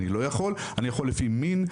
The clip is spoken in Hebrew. אני יכול לפי מין,